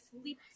sleep